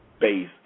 base